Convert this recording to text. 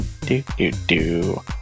Do-do-do